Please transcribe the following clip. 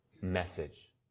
message